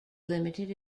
limited